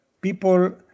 people